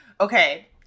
okay